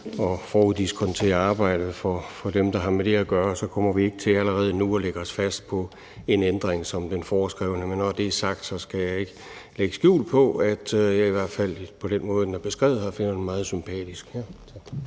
at foruddiskontere arbejdet for dem, der har med det at gøre, kommer vi ikke til allerede nu at lægge os fast på en ændring som den beskrevne. Men når det er sagt, skal jeg ikke lægge skjul på, at jeg, i hvert fald på den måde, den er beskrevet, finder den meget sympatisk.